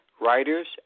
writers